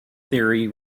theory